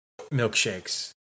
milkshakes